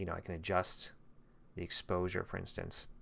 you know i can adjust the exposure, for instance,